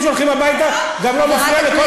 וגם ככה עובדים, זה גם לא מפריע לך.